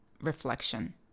reflection